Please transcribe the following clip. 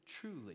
truly